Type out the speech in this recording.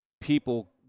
people